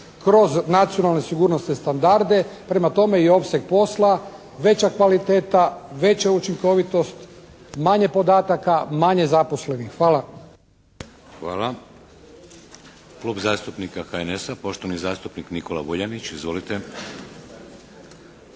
kroz nacionalne sigurnosne standarde. Prema tome i opseg posla, veća kvaliteta, veća učinkovitost, manje podataka, manje zaposlenih. Hvala. **Šeks, Vladimir (HDZ)** Hvala. Klub zastupnika HNS-a, poštovani zastupnik Nikola Vuljanić. Izvolite.